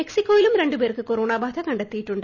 മെക്സിക്കോയിലും രണ്ടുപേർക്ക് കൊറോണ ബാധ കണ്ടെത്തിയിട്ടുണ്ട്